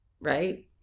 right